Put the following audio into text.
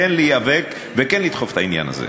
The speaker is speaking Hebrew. כן להיאבק וכן לדחוף את העניין הזה.